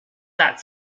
that